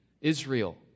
Israel